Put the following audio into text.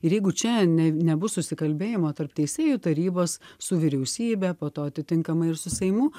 ir jeigu čia nebus susikalbėjimo tarp teisėjų tarybos su vyriausybe po to atitinkamai ir su seimu